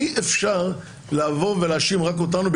אי-אפשר לבוא ולהאשים רק אותנו,